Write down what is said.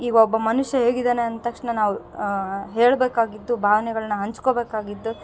ಈಗ ಒಬ್ಬ ಮನುಷ್ಯ ಹೇಗಿದಾನೆ ಅಂತ ತಕ್ಷಣ ನಾವು ಹೇಳಬೇಕಾಗಿತ್ತು ಭಾವನೆಗಳ್ನ ಹಂಚ್ಕೊಬೇಕಾಗಿತ್ತು